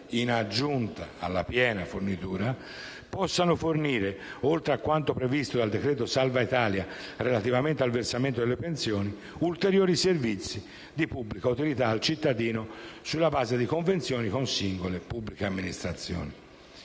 postale universale, possano fornire - oltre a quanto previsto dal decreto "salva Italia" relativamente al versamento delle pensioni - ulteriori servizi di pubblica utilità al cittadino sulla base di convenzioni con singole pubbliche amministrazioni;